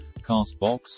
CastBox